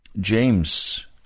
James